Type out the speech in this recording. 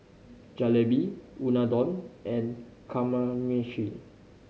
Jalebi Unadon and Kamameshi